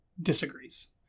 disagrees